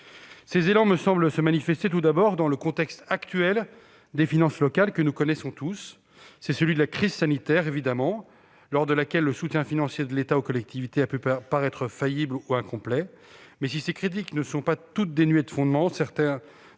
Ces élans me semblent se manifester tout d'abord dans le contexte actuel des finances locales que nous connaissons tous, celui de la crise sanitaire, évidemment, au cours de laquelle le soutien financier de l'État aux collectivités a pu paraître faillible ou incomplet. Si ces critiques ne sont pas toutes dénuées de fondement,